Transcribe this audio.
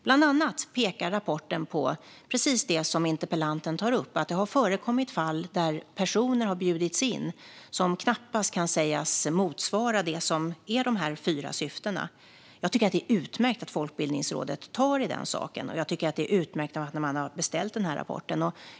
Bland annat pekar man i rapporten på precis det som interpellanten tar upp: att det har förekommit fall där personer har bjudits in som knappast kan sägas motsvara de fyra syftena. Det är utmärkt att Folkbildningsrådet tar tag i den saken. Och det är utmärkt att man har beställt rapporten.